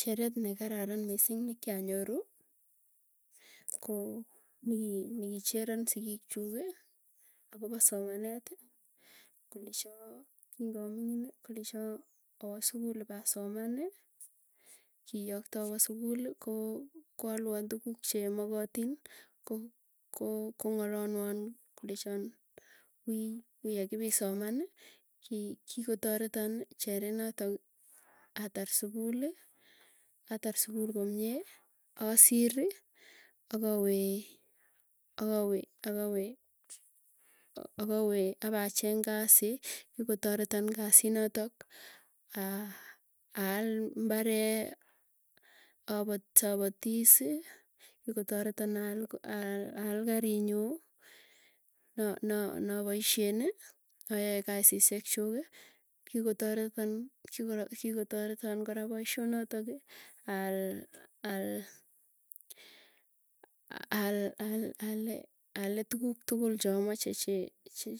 Cheret nekararan missing nekianyoru ko niki nikicheran sigiik chuuki, akopo somanet kolechoo kingaming'ini kolecho awaa sukul ipasomanii. Kiyokto awoo sukul koo koalwan tuguk che makatin. Ko ko kong'alalwan kolechon wiiy wiiy akipisomani, kii kikotoretan chere natoki atar sukuli, atar sukul komie, asiri akawee akawee akawee akawee apacheng kasii kikotoreton kasit notok aa aal mbaree apats apatis i. Kikotoretan aal karii nyuu, na na napoisyeni, ayae kasisyekchuk, kikotoretan. Kikotoretan kora poisyoo notoki aal al al ale ale tukuk tukul chamache che che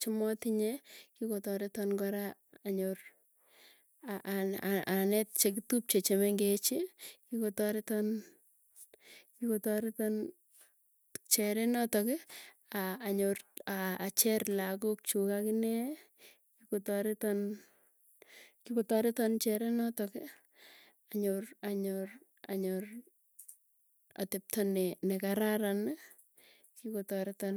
chamatinye, kikotoretan koraa anyor a anet chekitupche chemengechi. Kikotoretan, kikotoreton cherenotoki aa anyor acher lagook chuuk akine kikotareton kikotareton cherenotoki, anyor anyor anyor, atepto ne nekararani kikotareton.